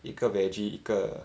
一个 vege 一个